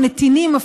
או נתינים,